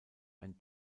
ein